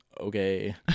okay